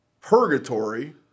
Purgatory